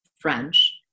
French